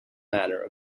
manner